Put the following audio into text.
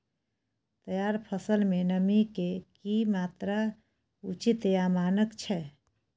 तैयार फसल में नमी के की मात्रा उचित या मानक छै?